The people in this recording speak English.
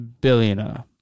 billionaire